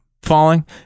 Falling